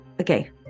okay